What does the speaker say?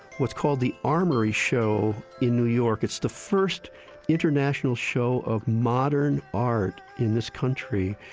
what's called the armory show in new york. it's the first international show of modern art in this country.